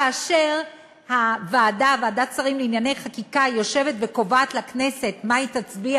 כאשר ועדת שרים לענייני חקיקה יושבת וקובעת לכנסת מה היא תצביע